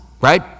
right